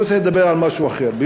אני רוצה לדבר על משהו אחר.